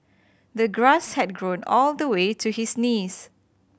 the grass had grown all the way to his knees